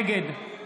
נגד